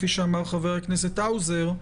כפי שאמר חבר הכנסת האוזר,